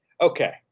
Okay